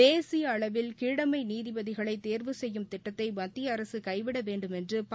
தேசிய அளவில் கீழமை நீதிபதிகளை தேர்வு செய்யும் திட்டத்தை மத்திய அரசு கைவிட வேண்டும் என்று பா